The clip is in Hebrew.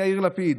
יאיר לפיד,